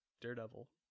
Daredevil